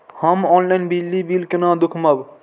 हम ऑनलाईन बिजली बील केना दूखमब?